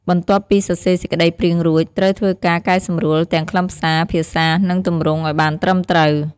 បន្ទាប់ពីសរសេរសេចក្តីព្រាងរួច ត្រូវធ្វើការកែសម្រួលទាំងខ្លឹមសារ ភាសា និងទម្រង់ឲ្យបានត្រឹមត្រូវ។